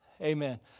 Amen